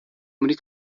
muri